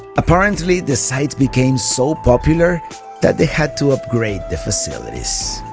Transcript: apparently the site became so popular that they had to upgrade the facilities.